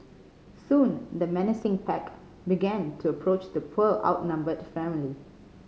soon the menacing pack began to approach the poor outnumbered family